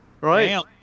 right